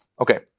Okay